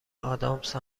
ادامس